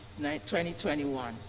2021